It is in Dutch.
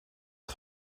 het